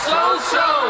So-so